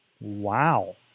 Wow